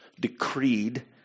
decreed